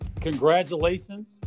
Congratulations